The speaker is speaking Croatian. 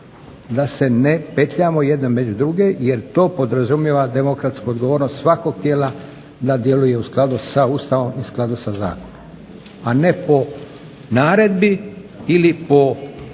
da se ne petljamo jedni među druge, jer to podrazumijeva demokratsku odgovornost svakog tijela da djeluje u skladu sa Ustavom i u skladu sa zakonom, a ne po naredbi ili po